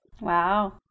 Wow